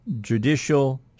Judicial